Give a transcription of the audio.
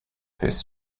purse